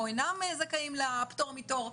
או אינם זכאים לפטור מתור,